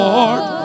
Lord